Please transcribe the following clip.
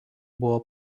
buvo